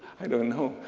i don't know.